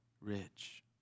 rich